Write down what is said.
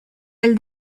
elle